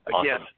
again